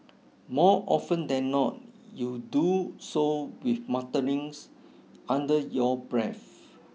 more often than not you do so with mutterings under your breath